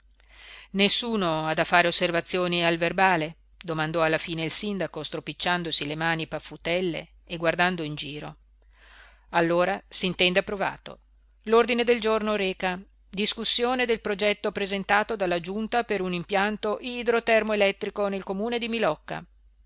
nessuno ha da fare osservazioni al verbale domandò alla fine il sindaco stropicciandosi le mani paffutelle e guardando in giro allora s'intende approvato l'ordine del giorno reca discussione del progetto presentato dalla giunta per un impianto idro-termoelettrico nel comune di milocca